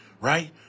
right